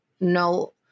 no